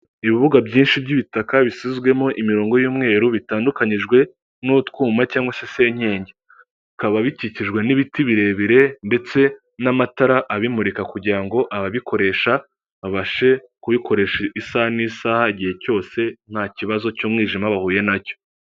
Ibibuga byinshi by'ibitaka bisizwemo imirongo y'umweru bitandukanyijwe n'utwuma cyangwa se senyenge. Bikaba bikikijwe n'ibiti birebire ndetse n'amatara abimurika kugira ngo ababikoresha babashe kubikoresha isaha n'isaha, igihe cyose nta kibazo cy'umwijima bahuye na cyo.